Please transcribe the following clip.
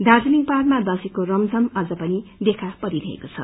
दार्जीलिङ पहाड़मा दशैको रमझम अझ पनि देखा परिरहेको छ